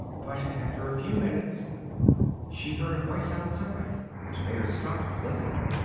but after a few minutes she heard a voice outside, which made her stop to listen.